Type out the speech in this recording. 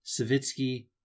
Savitsky